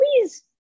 please